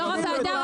יו"ר הוועדה,